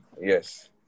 Yes